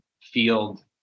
field